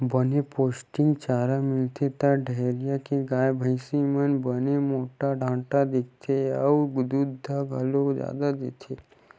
बने पोस्टिक चारा मिलथे त डेयरी के गाय, भइसी मन बने मोठ डांठ दिखथे अउ दूद घलो जादा देथे